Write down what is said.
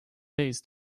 days